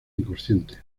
inconsciente